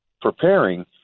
preparing